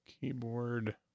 Keyboard